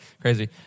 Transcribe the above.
crazy